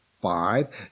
five